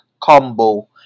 combo